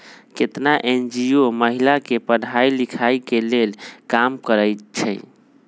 केतना एन.जी.ओ महिला के पढ़ाई लिखाई के लेल काम करअई छई